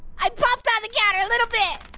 i pulped on the counter a little bit.